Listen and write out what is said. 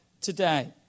today